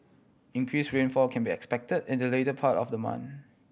increase rainfall can be expect in the later part of the month